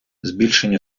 збільшення